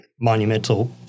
monumental